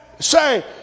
say